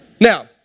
Now